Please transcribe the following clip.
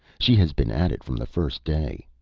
she has been at it from the first day.